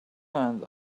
and